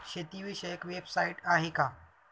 शेतीविषयक वेबसाइट आहे का?